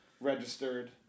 registered